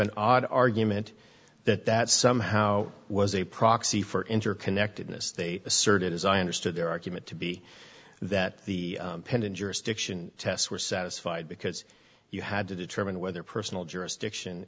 an odd argument that that somehow was a proxy for interconnectedness they asserted as i understood their argument to be that the pending jurisdiction tests were satisfied because you had to determine whether personal jurisdiction